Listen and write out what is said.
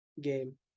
game